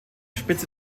spitze